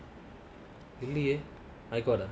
really I got ah